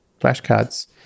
flashcards